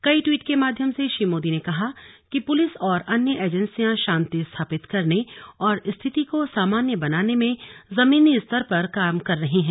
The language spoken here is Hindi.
कई ट्वीट के माध्यम से श्री मोदी ने कहा कि पूलिस और अन्य एजेंसियां शांति स्थापित करने और स्थिति को सामान्य बनाने में जमीनी स्तर पर काम कर रही हैं